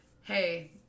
hey